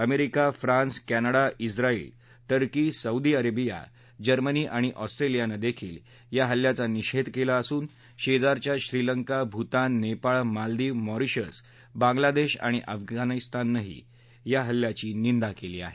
America France Canada ाउत्रायल Turkey Saudi Arabia Germany आणि ऑस्ट्रेलियानं या हल्ल्याचा निषेध केला असून शेजारच्या श्रीलंका भुतान नेपाळ मालदिव मॉरिशस बांगला देश आणि अफगाणिस्तान यांनीही या हल्ल्याची निंदा केली आहे